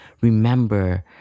remember